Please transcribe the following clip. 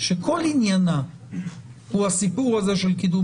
שכל עניינה הוא הסיפור הזה של קידום